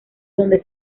donde